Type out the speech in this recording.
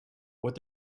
what